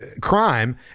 Crime